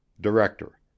Director